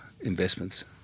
investments